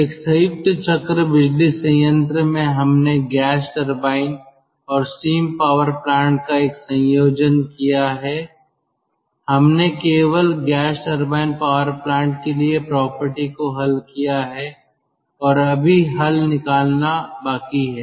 एक संयुक्त चक्र बिजली संयंत्र में हमने गैस टरबाइन और स्टीम पावर प्लांट का एक संयोजन लिया है हमने केवल गैस टरबाइन पावर प्लांट के लिए प्रॉपर्टी को हल किया है और अभी हल निकालना बाकी है